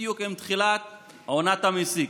בדיוק עם תחילת עונת המסיק,